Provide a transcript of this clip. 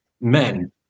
men